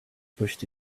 pushed